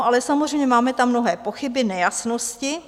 Ale samozřejmě máme tam určité pochyby a nejasnosti.